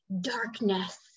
darkness